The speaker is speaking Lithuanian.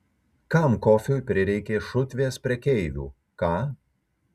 kam kofiui prireikė šutvės prekeivių ką